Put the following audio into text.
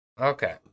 Okay